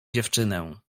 dziewczynę